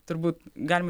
turbūt galim